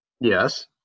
Yes